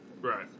Right